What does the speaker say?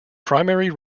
primary